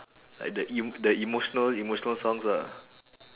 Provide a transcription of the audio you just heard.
like the em~ the emotional emotional songs ah